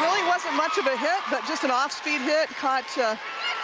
really wasn't much of a hit, but just an off speed hit caught yeah